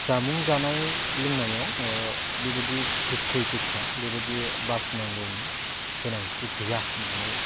जामुं जानाय लोंनायाव बेबायदि गोखै गोखा बेबायदि बासिनांगौनि गोनांथि गैया होनानै